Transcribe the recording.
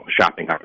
shopping